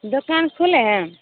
दोकान खोले है